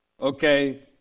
okay